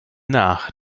nach